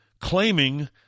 claiming